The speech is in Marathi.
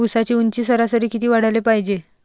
ऊसाची ऊंची सरासरी किती वाढाले पायजे?